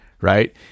right